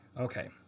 Okay